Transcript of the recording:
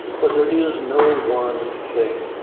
but there is no one thing.